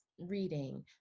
reading